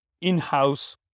in-house